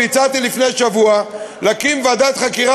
הצעתי לפני שבוע להקים ועדת חקירה